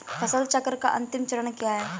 फसल चक्र का अंतिम चरण क्या है?